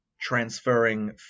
transferring